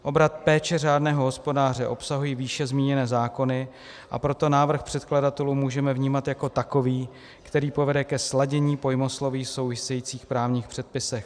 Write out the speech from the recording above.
Obrat péče řádného hospodáře obsahují výše zmíněné zákony, a proto návrh předkladatelů můžeme vnímat jako takový, který povede ke sladění pojmosloví v souvisejících právních předpisech.